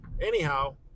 anyhow